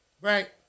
Right